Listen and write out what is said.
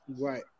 Right